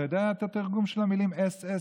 אתה יודע מה תרגום של המילים SSSR?